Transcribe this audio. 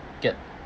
get